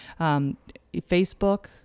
Facebook